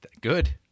Good